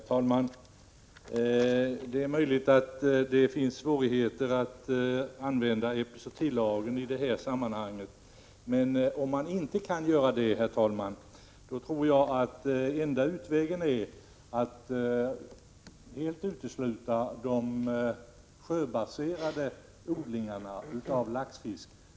Herr talman! Det är möjligt att det finns svårigheter att använda epizootilagen i detta sammanhang, men om man inte kan göra det tror jag att enda utvägen är att helt utesluta sjöbaserade odlingar av laxfisk.